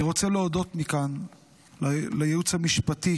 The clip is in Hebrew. אני רוצה להודות מכאן לייעוץ המשפטי